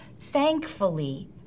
thankfully